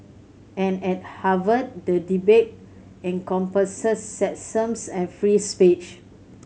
and at Harvard the debate encompasses sexism and free speech